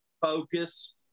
focus